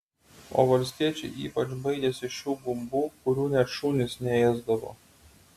o valstiečiai ypač baidėsi šių gumbų kurių net šunys neėsdavo